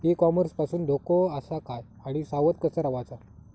E commerce पासून धोको आसा काय आणि सावध कसा रवाचा?